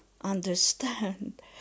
understand